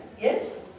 yes